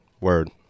Word